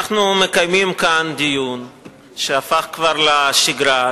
אנחנו מקיימים כאן דיון שהפך כבר לשגרה,